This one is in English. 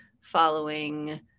following